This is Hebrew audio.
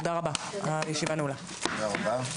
תודה רבה.